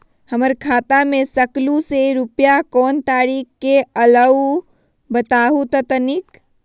हमर खाता में सकलू से रूपया कोन तारीक के अलऊह बताहु त तनिक?